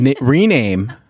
Rename